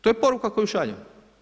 To je poruka koju šaljemo.